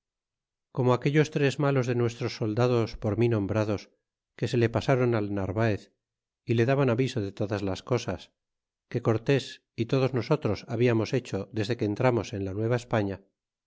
como aquellos tres malos de nuestros soldados por mí nombrados que se le pasron al narvaez y le daban aviso de todas las cosas que cortés y todos nosotros hablarnos hecho desde que entramos en la